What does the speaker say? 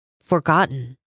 forgotten